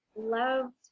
loved